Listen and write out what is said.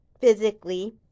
physically